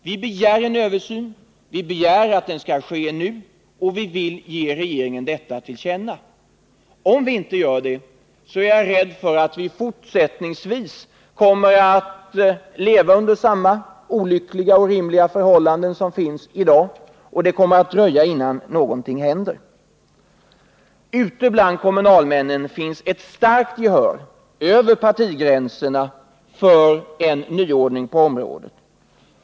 Vi begär en översyn och att den skall ske nu, och detta vill vi ge regeringen till känna. Om vi inte gör det är jag rädd för att vi fortsättningsvis kommer att leva under samma olyckliga och orimliga förhållanden som finns i dag och att det kommer att dröja innan någonting händer. Ute bland kommunalmännen finns ett starkt gehör över partigränserna för en nyordning på området.